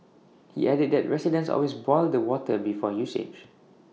he added that residents always boil the water before usage